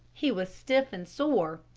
he was stiff and sore.